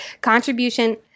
Contribution